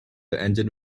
engine